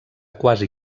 quasi